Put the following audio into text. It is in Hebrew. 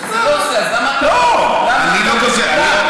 אתה צודק אולי, אני לא גוזל.